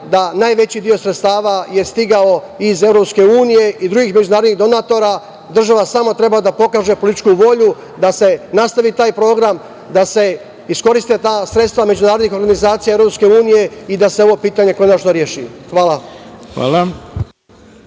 da najveći deo sredstava je stigao iz EU i drugih međunarodnih donatora. Država samo treba da pokaže političku volju da se nastavi taj program, da se iskoriste ta sredstva međunarodnih organizacija EU i da se ovo pitanje konačno reši. Hvala.